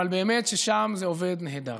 אבל באמת ששם זה עובד נהדר.